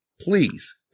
please